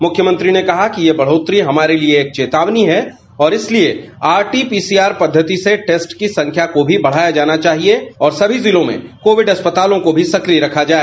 मुख्यमंत्री ने कहा कि यह बढ़ोतरी हमारे लिए एक चेतावनी है और इसलिए तज चबत पद्धति से टेस्ट की संख्या को भी बढ़ाया जाना चाहिए और सभी जिलों में कोवीड अस्पतालों को सक्रिय रखा जाए